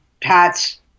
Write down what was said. Pat's